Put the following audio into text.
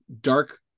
dark